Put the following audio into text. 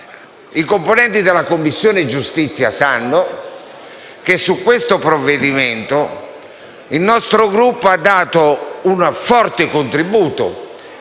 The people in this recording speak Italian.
I componenti della Commissione giustizia sanno che su questo provvedimento il nostro Gruppo ha dato un forte contributo